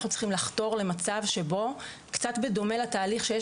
אנחנו צריכים לחתור למצב שבו קצת בדומה לתהליך שיש